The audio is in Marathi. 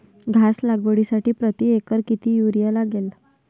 घास लागवडीसाठी प्रति एकर किती युरिया लागेल?